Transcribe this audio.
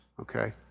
okay